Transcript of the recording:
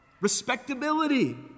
respectability